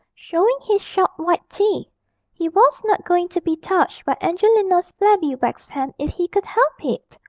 showing his sharp white teeth he was not going to be touched by angelina's flabby wax hand if he could help it!